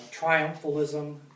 triumphalism